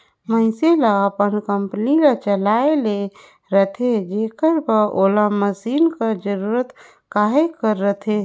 मइनसे ल अपन कंपनी ल चलाए ले रहथे जेकर बर ओला मसीन कर जरूरत कहे कर रहथे